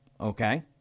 Okay